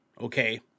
Okay